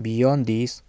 beyond these